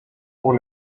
pour